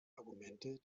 argumente